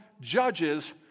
judges